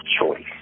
choice